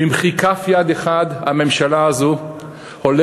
במחי כף יד אחת הממשלה הזו הולכת